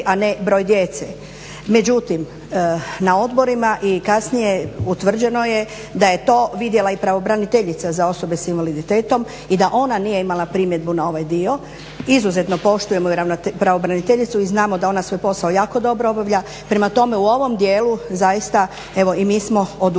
a ne broj djece. Međutim, na odborima i kasnije utvrđeno je da je to vidjela i pravobraniteljica za osobe s invaliditetom i da ona nije imala primjedbu na ovaj dio. Izuzetno poštujemo pravobraniteljicu i znamo da ona svoj posao jako dobro obavlja, prema tome u ovom dijelu zaista evo i mi smo odustali